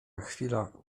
chwila